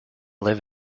live